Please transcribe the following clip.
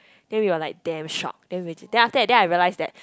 then we were like damn shock then we just then after that then I realize that